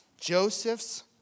Joseph's